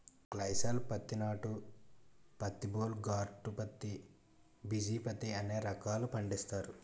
గ్లైసాల్ పత్తి నాటు పత్తి బోల్ గార్డు పత్తి బిజీ పత్తి అనే రకాలు పండిస్తారు